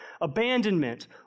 abandonment